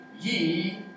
ye